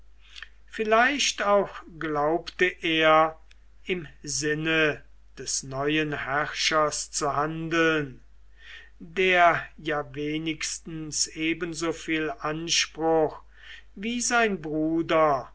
vielleicht auch glaubte er im sinne des neuen herrschers zu handeln der ja wenigstens ebensoviel anspruch wie sein bruder